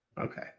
Okay